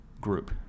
group